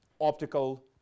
optical